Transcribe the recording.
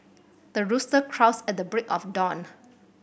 the rooster crows at the break of dawn